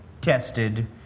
tested